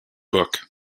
book